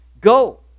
go